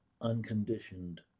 unconditioned